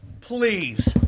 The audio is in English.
please